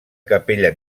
capella